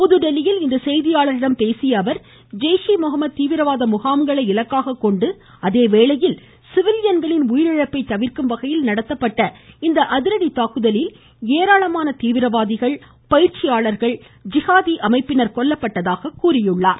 புதுதில்லியில் இன்று செய்தியாளர்களிடம் பேசிய அவர் ஜெய்ஷ் ஏ முகமத் தீவிரவாத முகாம்களை இலக்காக கொண்டு அதேவேளையில் சிவிலியன்களின் உயிரிழப்பை தவிர்க்கும் வகையில் நடத்தப்பட்ட இந்த அதிரடி தாக்குதலில் ஏராளமான தீவிரவாதிகள் பயிற்சியாளர்கள் ஜிகாதி அமைப்பினர் கொல்லப்பட்டதாக தெரிவித்தார்